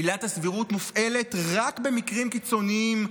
עילת הסבירות מופעלת רק במקרים קיצוניים,